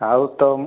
ଆଉ ତମ